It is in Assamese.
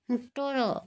সোতৰ